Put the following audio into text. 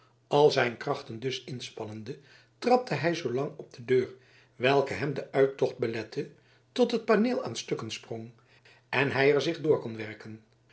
al zijn krachten dus inspannende trapte hij zoo lang op de deur welke hem den uittocht belette tot het paneel aan stukken sprong en hij zich er door kon werken